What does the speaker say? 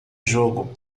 jogo